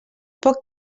poc